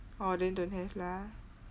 oh then don't have lah